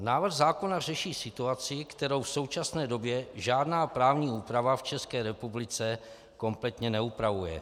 Návrh zákona řeší situaci, kterou v současné době žádná právní úprava v České republice kompletně neupravuje.